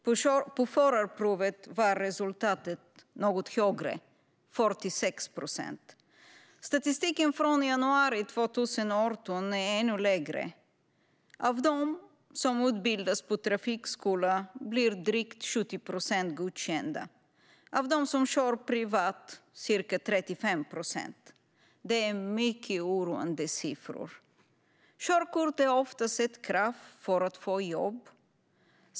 På förarprovet var resultatet något bättre: 46 procent. Statistiken från januari 2018 visar ännu sämre siffror. Av dem som utbildas på trafikskola blir drygt 70 procent godkända. Av dem som kör privat blir ca 35 procent godkända. Dessa siffror är mycket oroande. Körkort är oftast ett krav för att få ett jobb.